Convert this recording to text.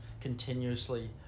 continuously